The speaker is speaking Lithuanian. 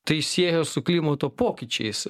tai sieja su klimato pokyčiais